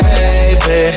baby